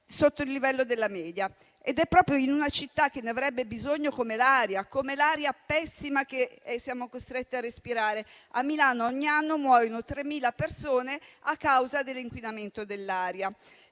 sotto il livello della media e questa vicenda accade proprio in una città che ne avrebbe bisogno come l'aria, come l'aria pessima che siamo costretti a respirare: a Milano ogni anno muoiono 3.000 persone a causa dell'inquinamento dell'aria.